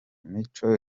mico